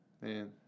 Man